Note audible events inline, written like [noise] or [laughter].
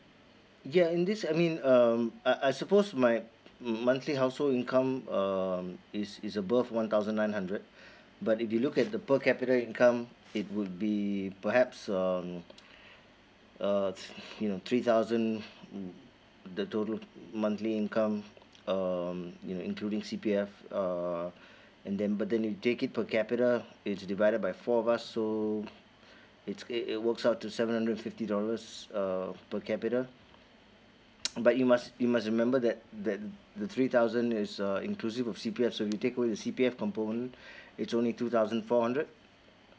ya in this I mean um I I suppose my mo~ monthly household income um is is above one thousand nine hundred but if you look at the per capita income it would be perhaps um uh [breath] you know three thousand mm the total monthly income um you know including C_P_F uh and then but then you take it per capita it's divided by four of us so it it works out to seven hundred and fifty dollars um per capita [noise] but you must you must remember that that the three thousand is uh inclusive of C_P_F so you take away the C_P_F component it's only two thousand four hundred